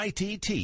ITT